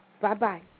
Bye-bye